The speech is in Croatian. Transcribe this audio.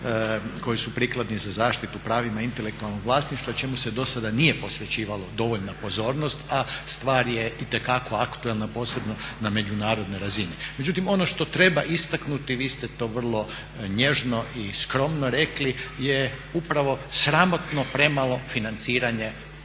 koji su prikladni za zaštitu pravima intelektualnog vlasništva čemu se do sada nije posvećivalo dovoljno pozornosti, a stvar je itekako aktualna, posebno na međunarodnoj razini. Međutim ono što treba istaknuti, vi ste to vrlo nježno i skromno rekli, je upravo sramotno premalo financiranje